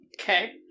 Okay